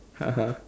(uh huh)